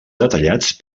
detallats